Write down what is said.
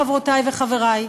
חברותי וחברי.